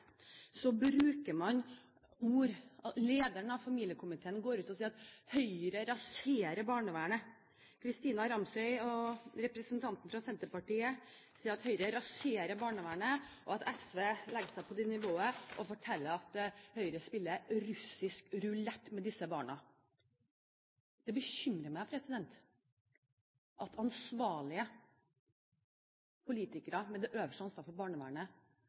bruker man sterke ord. Lederen av familiekomiteen går ut og sier at Høyre raserer barnevernet. Kristina Nilsson Ramsøy, representanten fra Senterpartiet, sier at Høyre raserer barnevernet. SV legger seg på et nivå der de forteller at Høyre spiller russisk rulett med disse barna. Det bekymrer meg at ansvarlige politikere, med det øverste ansvaret for barnevernet,